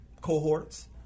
cohorts